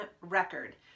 record